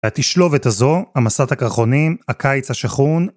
התשלובת הזו, המסת הקרחונים, הקיץ השחון,